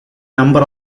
number